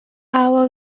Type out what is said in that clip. hour